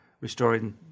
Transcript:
restoring